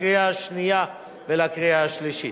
לקריאה השנייה ולקריאה השלישית.